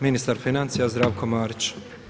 Ministar financija Zdravko Marić.